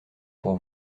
pour